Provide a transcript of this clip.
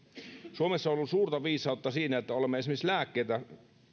suomessa on ollut suurta viisautta siinä että olemme esimerkiksi lääkkeitä